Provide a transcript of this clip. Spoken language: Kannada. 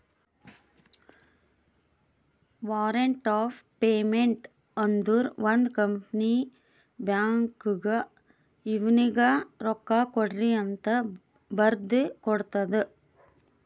ವಾರಂಟ್ ಆಫ್ ಪೇಮೆಂಟ್ ಅಂದುರ್ ಒಂದ್ ಕಂಪನಿ ಬ್ಯಾಂಕ್ಗ್ ಇವ್ನಿಗ ರೊಕ್ಕಾಕೊಡ್ರಿಅಂತ್ ಬರ್ದಿ ಕೊಡ್ತದ್